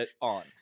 on